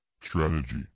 strategy